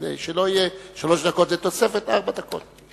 כדי שלא יהיה שלוש דקות ותוספת, ארבע דקות.